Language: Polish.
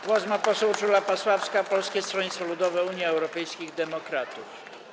Głos ma poseł Urszula Pasławska, Polskie Stronnictwo Ludowe - Unia Europejskich Demokratów.